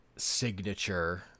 Signature